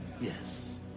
Yes